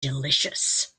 delicious